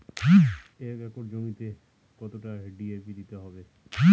এক একর জমিতে কতটা ডি.এ.পি দিতে হবে?